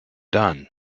done